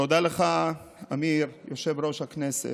תודה לך, אמיר, יושב-ראש הכנסת,